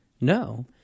No